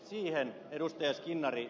siihen ed